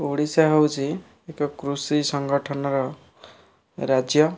ଓଡ଼ିଶା ହେଉଛି ଏକ କୃଷି ସଂଗଠନର ରାଜ୍ୟ